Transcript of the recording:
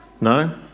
no